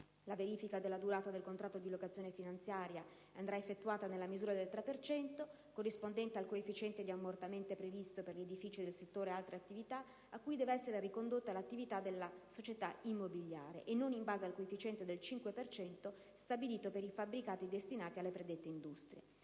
La verifica della durata del contratto di locazione finanziaria andrà effettuata nella misura del 3 per cento, corrispondente al coefficiente di ammortamento previsto per gli edifici del settore "altre attività", a cui deve essere ricondotta l'attività della società immobiliare, e non in base al coefficiente del 5 per cento stabilito per i fabbricati destinati alle predette industrie».